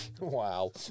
Wow